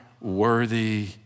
worthy